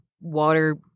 water